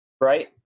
right